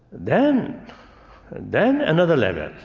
then then another level.